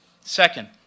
Second